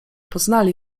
poznali